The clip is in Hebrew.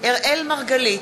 אראל מרגלית,